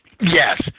Yes